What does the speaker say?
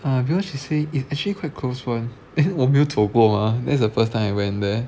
oh because she say is actually quite close [one] then 我没有走过 mah that's the first time I went there